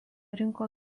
rinko